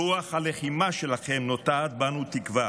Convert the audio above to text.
רוח הלחימה שלכם נוטעת בנו תקווה